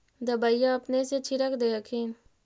दबइया अपने से छीरक दे हखिन?